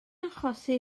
achosi